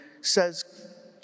says